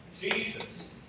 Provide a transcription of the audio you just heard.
Jesus